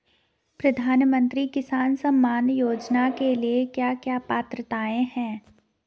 प्रधानमंत्री किसान सम्मान योजना के लिए क्या क्या पात्रताऐं हैं?